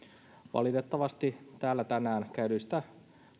valitettavasti täällä tänään käytetyistä